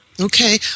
Okay